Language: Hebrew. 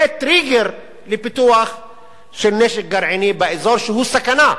זה טריגר לפיתוח של נשק גרעיני באזור, שהוא סכנה.